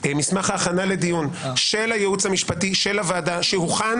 מסמך ההכנה לדיון של הייעוץ המשפטי של הוועדה שהוכן,